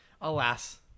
alas